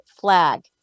flag